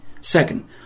Second